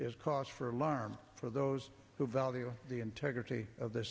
is cause for alarm for those who value the integrity of th